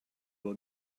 will